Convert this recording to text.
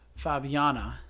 Fabiana